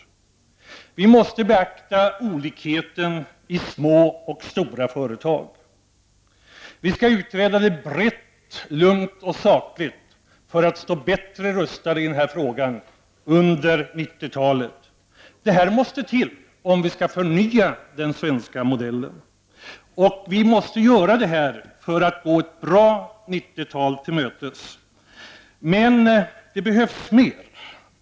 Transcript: Vi måste beakta olikheterna i små och stora företag. Vi måste ha en bred, lugn och saklig utredning av detta för att stå bättre rustade i den här frågan under 90-talet. Det här måste alltså ske om vi skall förnya den svenska modellen. Vi måste göra detta för att kunna gå ett bra 90-tal till mötes. Men det behövs mera.